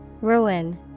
Ruin